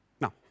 Now